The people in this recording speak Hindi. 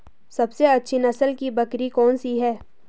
सबसे अच्छी नस्ल की बकरी कौन सी है?